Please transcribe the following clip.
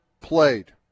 played